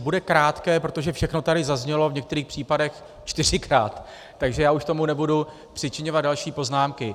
Bude krátké, protože všechno tady zaznělo, v některých případech čtyřikrát, takže já už k tomu nebudu přičiňovat další poznámky.